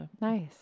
Nice